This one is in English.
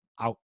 out